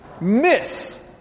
miss